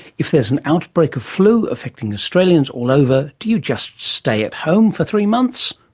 if there's an outbreak of flu affecting australians all over, do you just stay at home for three months?